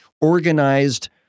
organized